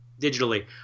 Digitally